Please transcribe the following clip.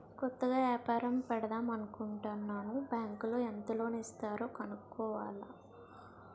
కొత్తగా ఏపారం పెడదామనుకుంటన్నాను బ్యాంకులో ఎంత లోను ఇస్తారో కనుక్కోవాల